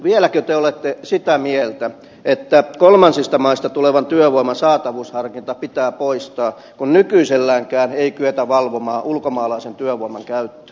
vieläkö te olette sitä mieltä että kolmansista maista tulevan työvoiman saatavuusharkinta pitää poistaa kun nykyiselläänkään ei kyetä valvomaan ulkomaalaisen työvoiman käyttöä